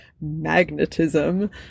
magnetism